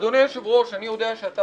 אדוני היושב-ראש, אני יודע שאתה